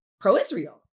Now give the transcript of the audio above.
pro-Israel